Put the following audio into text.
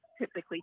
typically